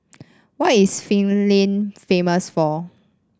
what is Finland famous for